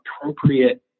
appropriate